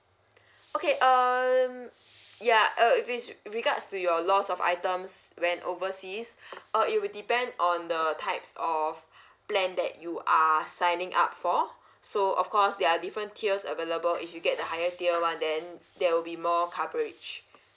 okay um ya uh if it's with regards to your loss of items when overseas uh it will depend on the types of plan that you are signing up for so of course there are different tiers available if you get the higher tier one then there will be more coverage